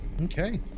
Okay